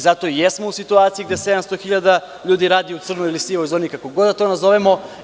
Zato i jesmo u situaciji gde 700.000 ljudi radi u crnoj ili sivoj zoni, kako god da to nazovemo.